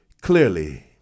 Clearly